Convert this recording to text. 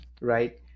Right